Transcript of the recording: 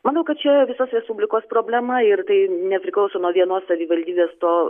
manau kad čia visos respublikos problema ir tai nepriklauso nuo vienos savivaldybės to